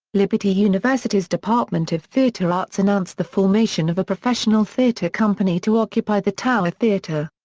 liberty university's department of theatre arts announced the formation of a professional theater company to occupy the tower theater.